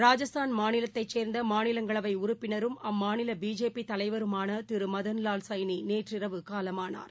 ராஜஸ்தான் மாநிலத்தைச் சேர்ந்தமாநிலங்களவைஉறுப்ப்பினரும் அம்மாநிலபிஜேபிதலைவருமானதிருமதன்லால் சைனிநேற்று இரவு காலமானார்